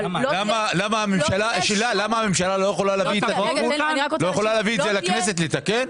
אבל לא תהיה שום --- למה הממשלה לא יכולה להביא את זה לכנסת לתקן?